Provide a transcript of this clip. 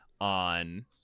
on